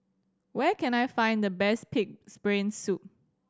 where can I find the best Pig's Brain Soup